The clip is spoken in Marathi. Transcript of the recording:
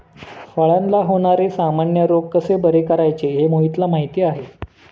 फळांला होणारे सामान्य रोग कसे बरे करायचे हे मोहितला माहीती आहे